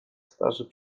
starzy